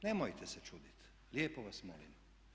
Nemojte se čuditi, lijepo vas molim.